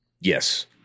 yes